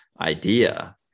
idea